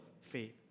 faith